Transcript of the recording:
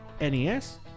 NES